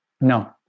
No